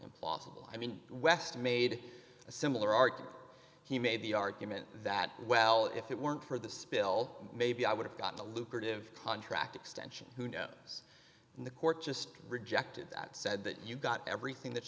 implausible i mean west made a similar argument he made the argument that well if it weren't for the spill maybe i would have gotten a lucrative contract extension who knows in the court just rejected that said that you got everything that